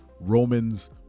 Roman's